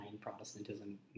Protestantism